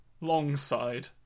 Longside